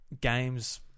games